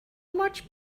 much